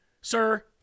Sir